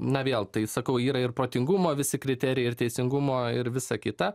na vėl tai sakau yra ir protingumo visi kriterijai ir teisingumo ir visa kita